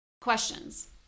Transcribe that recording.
questions